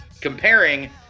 comparing